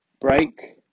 break